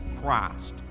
Christ